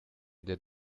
did